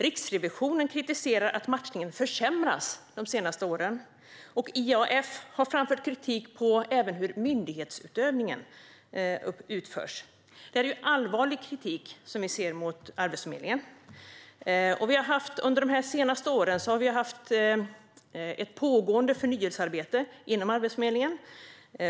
Riksrevisionen kritiserar att matchningen försämrats de senaste åren. IAF har även framfört kritik om hur myndighetsutövningen utförs. Det är allvarlig kritik som vi ser mot Arbetsförmedlingen. Under de senaste åren har vi haft ett pågående förnyelsearbete inom Arbetsförmedlingen.